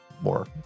more